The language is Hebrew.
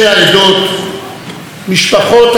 משפחות השבויים והנעדרים,